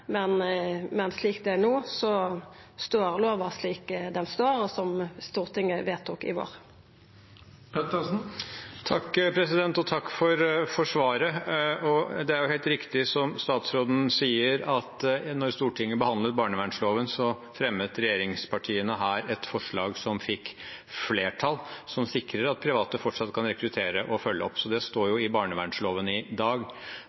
Men slik det er no, står lova slik ho står, og som Stortinget vedtok i vår. Takk for svaret. Det er helt riktig, som statsråden sier, at da Stortinget behandlet barnevernsloven, fremmet regjeringspartiene her et forslag – som fikk flertall – som sikrer at private fortsatt kan rekruttere og følge opp. Så det står i barnevernsloven i dag.